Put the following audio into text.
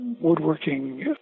Woodworking